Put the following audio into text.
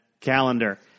calendar